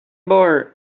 more